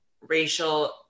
racial